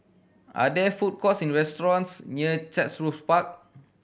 are there food courts in restaurants near Chatsworth Park